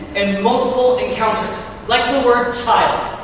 and multiple encounters. like the word child.